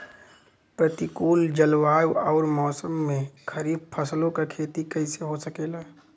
प्रतिकूल जलवायु अउर मौसम में खरीफ फसलों क खेती कइसे हो सकेला?